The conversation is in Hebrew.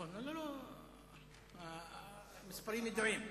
המספרים ידועים.